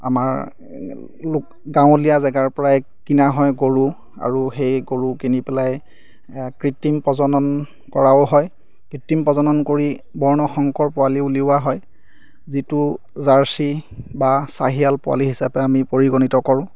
আমাৰ লোক গাঁৱলীয়া জেগাৰ পৰাই কিনা হয় গৰু আৰু সেই গৰু কিনি পেলাই কৃত্ৰিম প্ৰজনন কৰাও হয় কৃত্ৰিম প্ৰজনন কৰি বৰ্ণশংকৰ পোৱালি উলিওৱা হয় যিটো জাৰ্চি বা চাহিয়াল পোৱালি হিচাপে আমি পৰিগণিত কৰোঁ